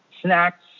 snacks